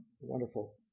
wonderful